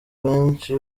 benshi